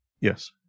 Yes